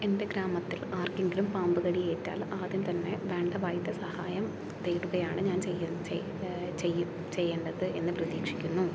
എൻ്റെ ഗ്രാമത്തിൽ ആർക്കെങ്കിലും പാമ്പു കടിയേറ്റാൽ ആദ്യം തന്നെ വേണ്ട വൈദ്യ സഹായം തേടുകയാണ് ഞാൻ ചെയ്യേണ്ടത് എന്ന് പ്രതീക്ഷിക്കുന്നു